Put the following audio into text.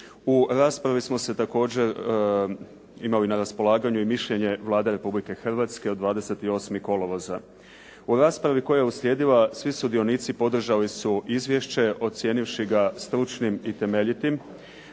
U raspravi smo također imali na raspolaganju i mišljenje Vlade Republike Hrvatske od 28. kolovoza. U raspravi koja je uslijedila svi sudionici podržali su izvješće ocijenivši ga stručnim i temeljitim.